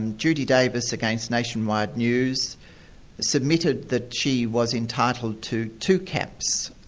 and judy davis against nationwide news submitted that she was entitled to two caps,